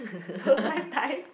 so sometimes